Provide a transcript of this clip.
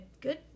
Good